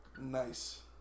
Nice